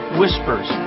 whispers